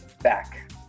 back